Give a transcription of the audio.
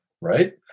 Right